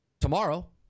tomorrow